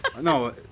No